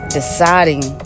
deciding